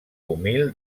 humil